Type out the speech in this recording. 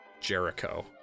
Jericho